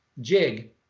jig